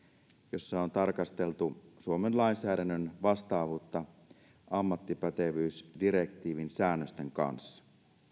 jossa on tarkasteltu suomen lainsäädännön vastaavuutta ammattipätevyysdirektiivin säännösten kanssa